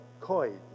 coin